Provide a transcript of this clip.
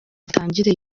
atangire